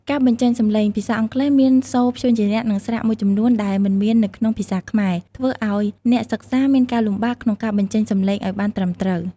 ការបញ្ចេញសំឡេង ភាសាអង់គ្លេសមានសូរព្យញ្ជនៈ និងស្រៈមួយចំនួនដែលមិនមាននៅក្នុងភាសាខ្មែរ ធ្វើឱ្យអ្នកសិក្សាមានការលំបាកក្នុងការបញ្ចេញសំឡេងឱ្យបានត្រឹមត្រូវ។